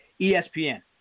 ESPN